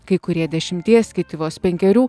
kai kurie dešimties kiti vos penkerių